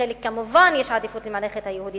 בחלק, כמובן, יש עדיפות למערכת היהודית.